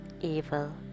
evil